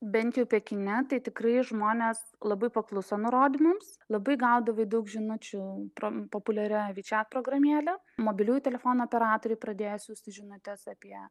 bent jau pekine tai tikrai žmonės labai pakluso nurodymams labai gaudavai daug žinučių pro populiarioj wechat programėlę mobiliųjų telefonų operatoriai pradėjo siųsti žinutes apie